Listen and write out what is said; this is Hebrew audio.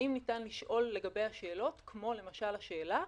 האם ניתן לשאול לגביה שאלות כמו למשל השאלה,